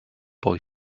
boy